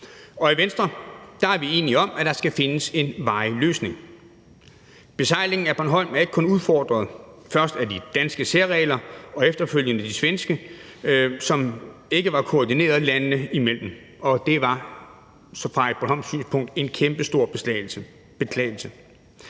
Og i Venstre er vi enige om, at der skal findes en varig løsning. Besejlingen af Bornholm er ikke kun udfordret først af de danske særregler og efterfølgende af de svenske, som ikke er koordineret landene imellem. Det er fra et bornholmsk synspunkt en kæmpestor beklagelse.